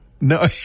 No